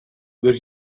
were